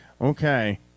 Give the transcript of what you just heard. okay